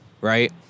right